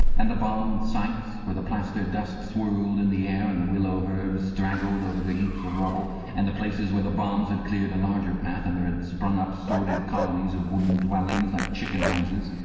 and the bombed sites where the plaster dust swirled in the air and the willow-herb straggled over the heaps of rubble and the places where the bombs had cleared a larger patch and there had sprung up sordid colonies of wooden dwellings like chicken-houses?